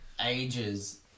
ages